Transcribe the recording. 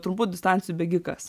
trumpų distancijų bėgikas